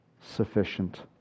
sufficient